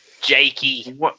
Jakey